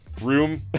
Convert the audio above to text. room